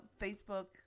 Facebook